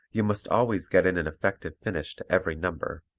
you must always get in an effective finish to every number,